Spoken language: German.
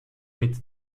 mit